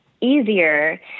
easier